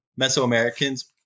Mesoamericans